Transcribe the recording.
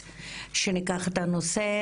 הרצון שלנו הוא שניקח את הנושא,